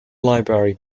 library